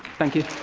thank you.